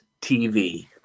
TV